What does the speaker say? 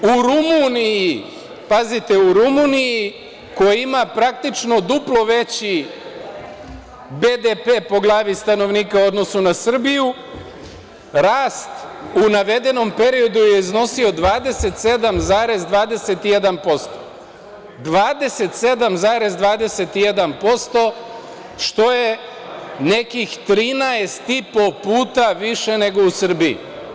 U Rumuniji, pazite, u Rumuniji, koja ima praktično duplo veći BDP po glavi stanovnika u odnosu na Srbiju, rast u navedenom periodu je iznosio 27,21%, što je nekih 13,5 puta više nego u Srbiji.